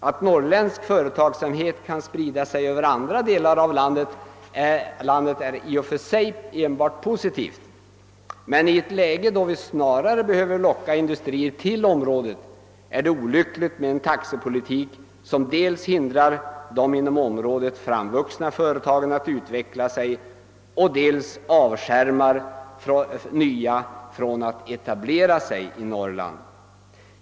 Att norrländsk företagsamhet kan sprida sig över andra delar av landet är i och för sig enbart positivt, men i ett läge, då vi snarare behöver locka industrier till området, är det olyckligt med en taxepolitik, som dels hindrar de inom området framvuxna företagen att utveckla sig, dels avskärmar nya från att etablera sig i Norrland.